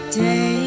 day